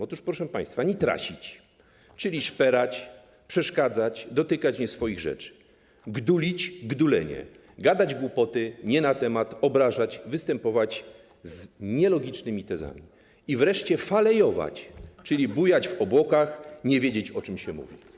Otóż, proszę państwa: nitrasić - szperać, przeszkadzać, dotykać nie swoich rzeczy, gdulić, gdulenie - gadać głupoty nie na temat, obrażać, występować z nielogicznymi tezami i wreszcie falejować - bujać w obłokach, nie wiedzieć, o czym się mówi.